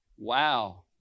Wow